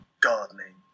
gardening